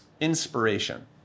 inspiration